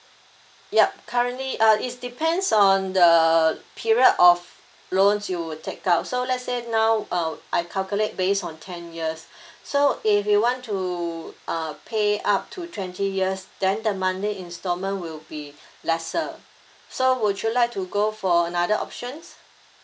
yup currently uh it's depends on the period of loan you would take out so let say now um I calculate based on ten years so if you want to uh pay up to twenty years then the monthly instalment will be lesser so would you like to go for another option